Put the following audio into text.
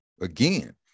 Again